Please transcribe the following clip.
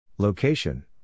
Location